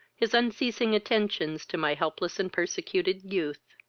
his unceasing attentions to my helpless and persecuted youth.